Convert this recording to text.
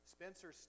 Spencer